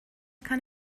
kann